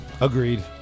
Agreed